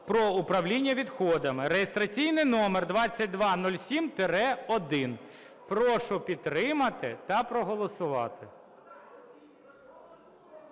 про управління відходами (реєстраційний номер 2207-1). Прошу підтримати та проголосувати.